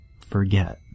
forget